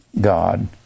God